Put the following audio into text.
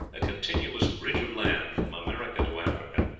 a continuous bridge of land from america to africa,